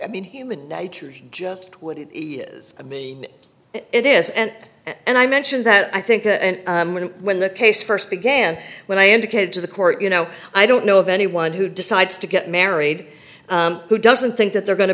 i mean human nature is just what it is i mean it is and and i mentioned that i think when the case first began when i indicated to the court you know i don't know of anyone who decides to get married who doesn't think that they're going to